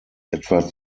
etwa